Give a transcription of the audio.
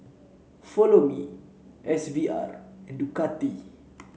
Follow Me S V R and Ducati